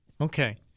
Okay